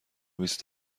بیست